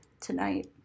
tonight